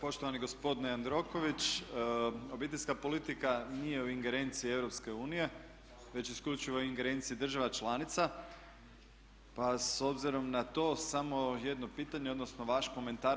Poštovani gospodine Jandroković, obiteljska politika nije u ingerenciji EU već isključivo u ingerenciji država članica, pa s obzirom na to samo jedno pitanje, odnosno vaš komentar.